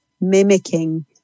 mimicking